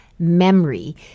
Memory